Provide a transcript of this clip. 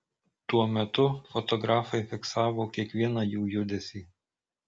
tuo metu fotografai fiksavo kiekvieną jų judesį